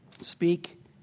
speak